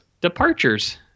Departures